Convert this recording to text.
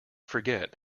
forget